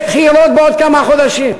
יש בחירות בעוד כמה חודשים.